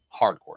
hardcore